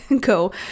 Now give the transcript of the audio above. go